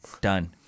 Done